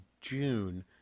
June